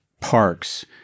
parks